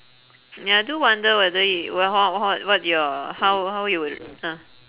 ya I do wonder whether yo~ whe~ how how what you're how how you were ah